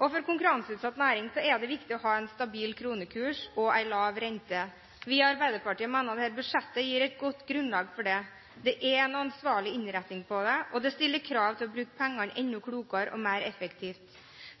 For konkurranseutsatte næringer er det viktig å ha en stabil kronekurs og lav rente. Vi i Arbeiderpartiet mener at dette budsjettet gir et godt grunnlag for det. Det er en ansvarlig innretning på det, og det stiller krav til å bruke pengene enda klokere og mer effektivt.